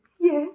Yes